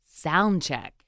soundcheck